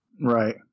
Right